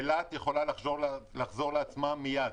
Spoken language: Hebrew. אילת יכולה לחזור לעצמה מייד.